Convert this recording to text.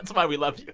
why we love